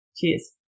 Cheers